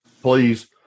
Please